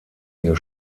ihr